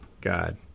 God